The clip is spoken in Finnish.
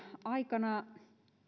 aikana